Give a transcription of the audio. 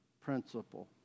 principle